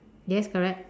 yes correct